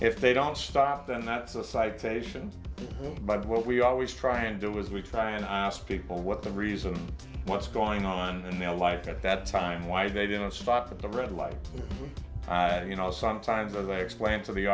if they don't stop then that's a citation but what we always try and do is we try and i ask people what the reason what's going on in their life at that time why they didn't stop at the red light i you know sometimes i explain to the